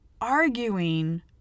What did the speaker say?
Arguing